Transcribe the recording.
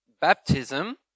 Baptism